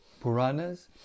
Puranas